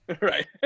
right